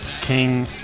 king